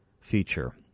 feature